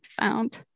found